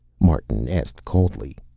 martin asked coldly.